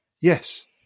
Yes